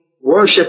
worship